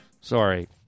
Sorry